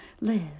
live